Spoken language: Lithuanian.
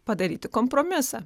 padaryti kompromisą